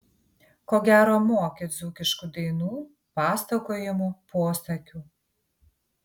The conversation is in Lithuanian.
ko gero moki dzūkiškų dainų pasakojimų posakių